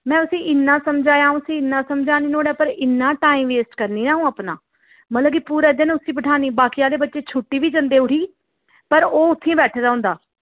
में उस्सी इन्ना समझाया अ'ऊं उस्सी इन्ना समझान्नी नुहाड़े उप्पर इन्ना टाइम वेस्ट करनी अ'ऊं अपना मतलब कि पूरे दिन उस्सी बठाह्न्नी बाकी आह्ले बच्चे छुट्टी बी जंदे उठी पर ओ उत्थै गै बैठे दा होंदा